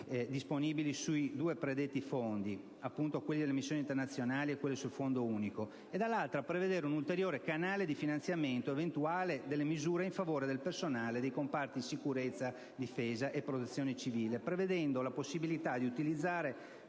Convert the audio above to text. disponibili sui due predetti Fondi, quello per le missioni internazionali di pace e quello del Fondo unico, e, dall'altra, prevedere un ulteriore canale di finanziamento eventuale delle misure in favore del personale dei comparti Difesa, Sicurezza e Protezione civile, prevedendo la possibilità di utilizzare